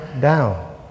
down